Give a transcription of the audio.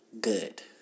good